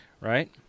right